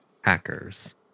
Hackers